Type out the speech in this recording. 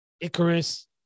icarus